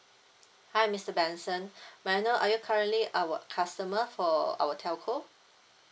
hi mister benson may I know are you currently our customer for our telco